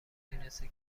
میرسه